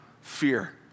fear